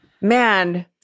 man